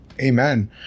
Amen